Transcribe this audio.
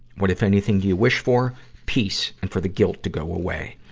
what, if anything, do you wish for? peace, and for the guilt to go away.